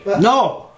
No